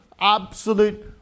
absolute